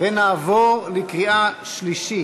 ונעבור לקריאה שלישית.